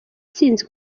ntsinzi